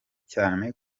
cyane